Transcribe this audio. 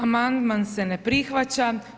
Amandman se ne prihvaća.